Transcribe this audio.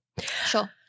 Sure